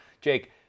Jake